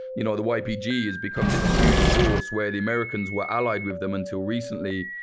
you know the ypg has become this huge force where the americans were allied with them, until recently.